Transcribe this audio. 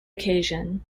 occasion